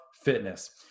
fitness